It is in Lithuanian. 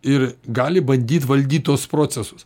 ir gali bandyt valdyt tuos procesus